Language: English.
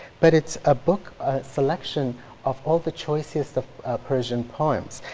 but it's a book selection of all the choicest of persian poems.